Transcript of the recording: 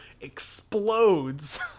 Explodes